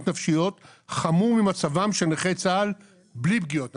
נפשיות חמור ממצבם של נכי צה"ל בלי פגיעות נפשיות.